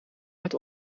uit